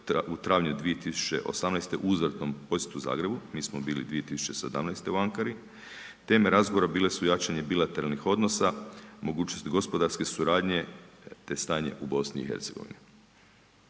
u travnju 2018. u uzvratnom posjetu Zagrebu. Mi smo bili 2017. u Ankari. Teme razgovora bile su jačanje bilateralnih odnosa, mogućnost gospodarske suradnje te stanje u BiH